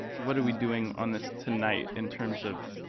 what are we doing on this tonight in terms of,